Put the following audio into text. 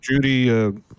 Judy